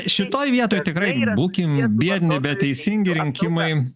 šitoj vietoj tikrai būkime biedni bet teisingi rinkimai